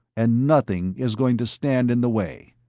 and nothing is going to stand in the way.